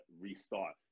restart